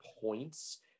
points